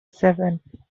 seven